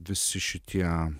visi šitie